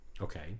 Okay